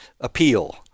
appeal